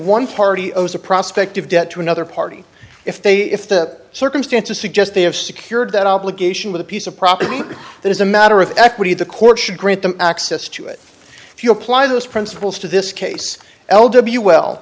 one party owes a prospect of debt to another party if they if that circumstances suggest they have secured that obligation with a piece of property that is a matter of equity the court should grant them access to it if you apply those principles to this case l w well